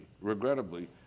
regrettably